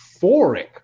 euphoric